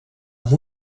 amb